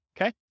okay